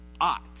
ought